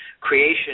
creation